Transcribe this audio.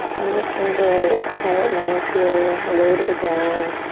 and just enjoy a quiet moment here low to the ground.